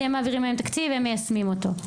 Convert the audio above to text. אתם מעבירים להם תקציב, הם מיישמים אותו?